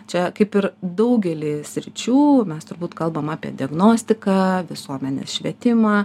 čia kaip ir daugelyje sričių mes turbūt kalbam apie diagnostiką visuomenės švietimą